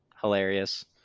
hilarious